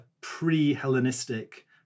pre-Hellenistic